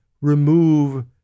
remove